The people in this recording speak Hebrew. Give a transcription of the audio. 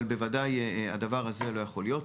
אבל בוודאי הדבר הזה לא יכול להיות.